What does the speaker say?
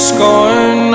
Scorn